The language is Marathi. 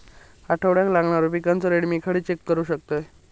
आठवड्याक वाढणारो पिकांचो रेट मी खडे चेक करू शकतय?